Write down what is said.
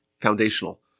foundational